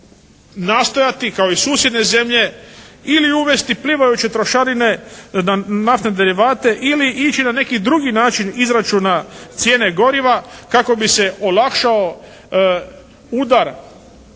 trošarine na naftne derivate ili ići na neki drugi način izračuna cijene goriva kako bi se olakšao udar